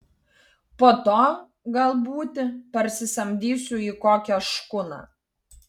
po to gal būti parsisamdysiu į kokią škuną